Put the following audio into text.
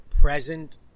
present